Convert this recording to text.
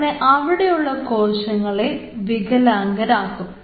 അങ്ങനെ അവിടെയുള്ള കോശങ്ങളെ വികലാംഗരാക്കും